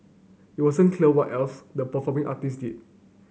it wasn't clear what else the performing artists did